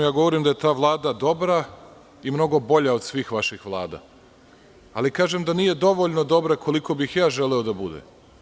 Ja govorim da je ta Vlada dobra i mnogo bolja od svih vaših Vlada, ali kažem da nije dovoljno dobra koliko bih ja želeo da bude.